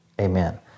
amen